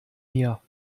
mir